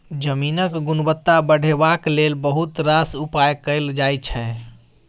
जमीनक गुणवत्ता बढ़ेबाक लेल बहुत रास उपाय कएल जाइ छै